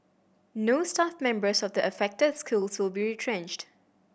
no staff members of the affected schools will be retrenched